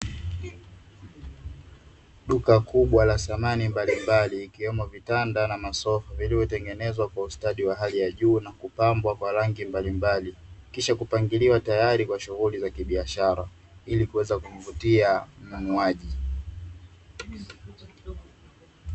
Duka kubwa la samani mbalimbali, ikiwemo vitanda na masofa, viliyotengenezwa kwa ustadi wa hali ya juu na kupambwa kwa rangi mbalimbali, kisha kupangiliwa tayari kwa shughuli za kibiashara, ili kuweza kuvutia mnunuaji.